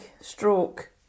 stroke